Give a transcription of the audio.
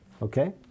Okay